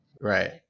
Right